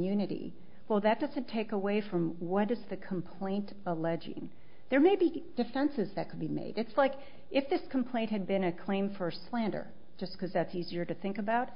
immunity well that doesn't take away from what just the complaint alleging there may be defenses that could be made it's like if this complaint had been a claim for slander just because that's easier to think about